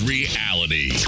Reality